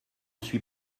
suis